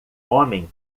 homem